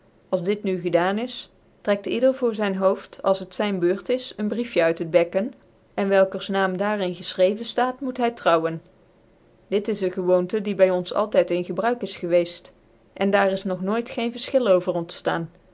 als dit nu gedaan is trekt ieder voor zyn hooft als het zyn beurt is een briefje uit t bekken en welkers naam d iar ia gefchreven laat moet hy trouwen dit is cengowoonte die by ons altyd in gebruik gewceft is en daar is nog nooit geen verfchil over